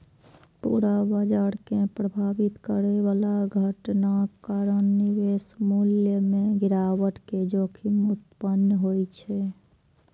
पूरा बाजार कें प्रभावित करै बला घटनाक कारण निवेश मूल्य मे गिरावट के जोखिम उत्पन्न होइ छै